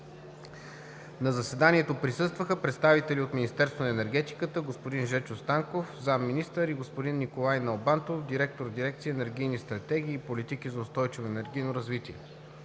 На заседанието присъстваха представители от Министерството на енергетиката: господин Жечо Станков – зам.министър, и господин Николай Налбантов – директор на дирекция „Енергийни стратегии и политики за устойчиво енергийно развитие“;